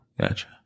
Gotcha